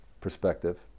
perspective